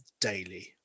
daily